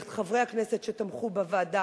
את חברי הכנסת שתמכו בוועדה,